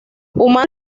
humano